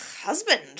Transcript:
husband